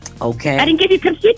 Okay